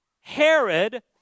Herod